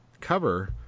cover